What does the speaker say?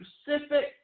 specific